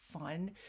fun